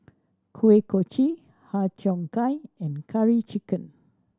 Kuih Kochi Har Cheong Gai and Curry Chicken